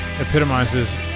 epitomizes